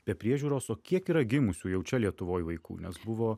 be priežiūros o kiek yra gimusių jau čia lietuvoj vaikų nes buvo